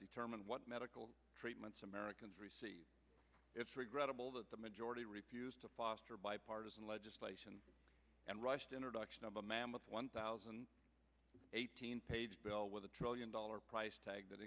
determine what medical treatments americans receive it's regrettable that the majority refused to foster bipartisan legislation and rushed introduction of a mammoth one thousand eight hundred page bill with a trillion dollar price tag that